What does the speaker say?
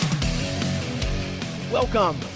Welcome